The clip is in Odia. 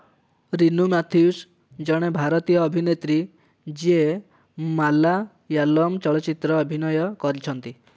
ରୀନୁ ମାଥ୍ୟୁସ୍ ଜଣେ ଭାରତୀୟ ଅଭିନେତ୍ରୀ ଯିଏ ମାଲାୟାଲମ୍ ଚଳଚ୍ଚିତ୍ରରେ ଅଭିନୟ କରିଛନ୍ତି